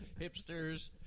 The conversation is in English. hipsters